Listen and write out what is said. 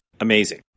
amazing